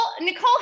Nicole